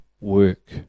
work